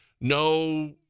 No